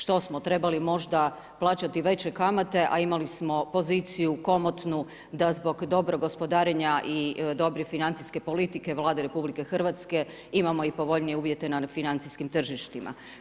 Što smo trebali možda plaćati veće kamate, a imali smo poziciju komotnu da zbog dobrog gospodarenja i dobre financijske politike Vlade RH imamo i povoljnije uvjete na financijskim tržištima.